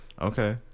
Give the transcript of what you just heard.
Okay